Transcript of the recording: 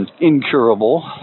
incurable